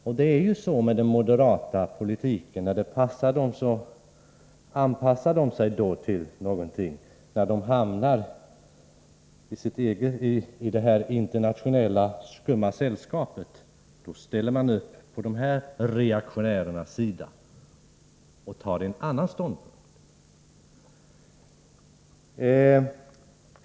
Och det är ju så med den moderata politiken: när det passar moderaterna så anpassar de sig. När de hamnar i det här internationella skumma sällskapet, då ställer man upp på dessa reaktionärers sida och intar en annan ståndpunkt.